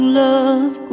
love